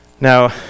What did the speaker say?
Now